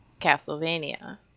Castlevania